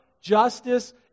justice